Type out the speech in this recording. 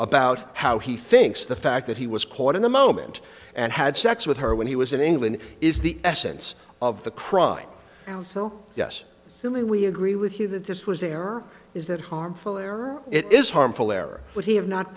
about how he thinks the fact that he was caught in the moment and had sex with her when he was in england is the essence of the crime so yes i mean we agree with you that this was an error is that harmful or it is harmful or would he have not